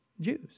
Jews